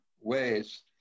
ways